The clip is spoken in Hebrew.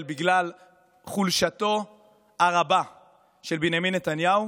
בגלל חולשתו הרבה של בנימין נתניהו,